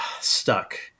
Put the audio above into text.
stuck